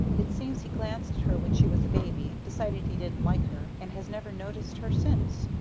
it seems he glanced at her when she was a baby, decided he didn't like her, and has never noticed her since.